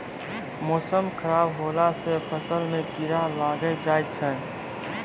मौसम खराब हौला से फ़सल मे कीड़ा लागी जाय छै?